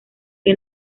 que